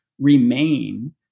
remain